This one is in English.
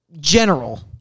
general